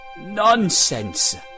Nonsense